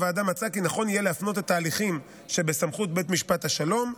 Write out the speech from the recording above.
הוועדה מצאה כי נכון יהיה להפנות את ההליכים שבסמכות בית המשפט השלום,